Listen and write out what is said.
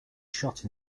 shot